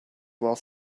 while